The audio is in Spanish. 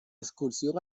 excursión